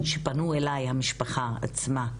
שפנו אליי המשפחה עצמה,